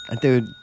Dude